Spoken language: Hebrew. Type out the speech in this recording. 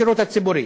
בשירות הציבורי.